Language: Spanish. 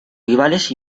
rivales